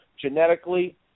genetically